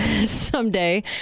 someday